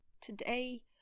Today